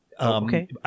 Okay